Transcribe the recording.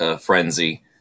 frenzy